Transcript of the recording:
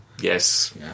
Yes